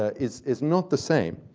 ah is is not the same.